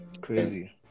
crazy